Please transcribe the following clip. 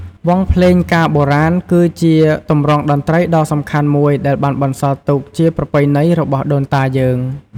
វង់ភ្លេងការបុរាណ គឺជាទម្រង់តន្ត្រីដ៏សំខាន់មួយដែលបានបន្សល់ទុកជា ប្រពៃណីរបស់ដូនតាយើង។